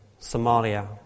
Somalia